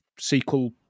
SQL